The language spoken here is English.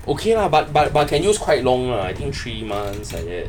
okay lah but but but can use quite long uh I think three months like that